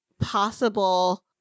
possible